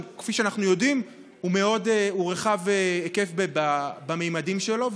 וכפי שאנחנו יודעים הוא מאוד רחב היקף בממדים שלו,